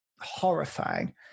horrifying